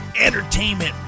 entertainment